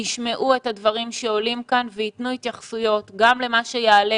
ישמעו את הדברים שעולים כאן וייתנו התייחסויות גם למה שיעלה